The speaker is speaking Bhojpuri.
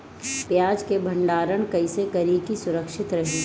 प्याज के भंडारण कइसे करी की सुरक्षित रही?